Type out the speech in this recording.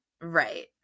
Right